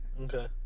okay